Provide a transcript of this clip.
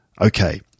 Okay